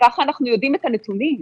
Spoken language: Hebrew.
כך אנחנו יודעים את הנתונים.